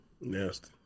Nasty